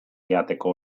jateko